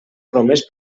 promès